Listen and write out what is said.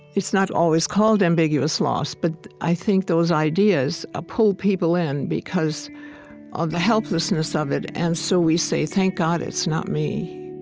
it's not always called ambiguous loss, but i think those ideas ah pull people in because of the helplessness of it, and so we say, thank god it's not me.